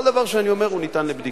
כל דבר שאני אומר ניתן לבדיקה.